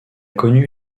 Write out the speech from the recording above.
connu